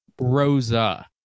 Rosa